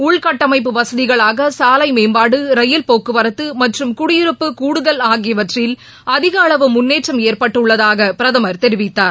உள்கட்டமைப்பு வசதிகளாக சாலை மேம்பாடு ரயில் போக்குவரத்து மற்றும் குடியிருப்பு கட்டுதல் ஆகியவற்றில் அதிக அளவு முன்னேற்றம் ஏற்பட்டுள்ளதாக பிரதமர் தெரிவித்தார்